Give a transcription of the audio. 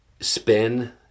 spin